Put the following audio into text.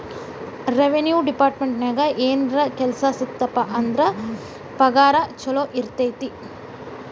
revenue ಡೆಪಾರ್ಟ್ಮೆಂಟ್ನ್ಯಾಗ ಏನರ ಕೆಲ್ಸ ಸಿಕ್ತಪ ಅಂದ್ರ ಪಗಾರ ಚೊಲೋ ಇರತೈತಿ